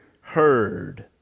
heard